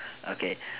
okay